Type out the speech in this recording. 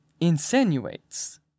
insinuates